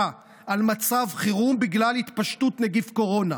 על מצב חירום בגלל התפשטות נגיף קורונה,